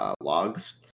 logs